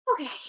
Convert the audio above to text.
Okay